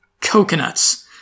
coconuts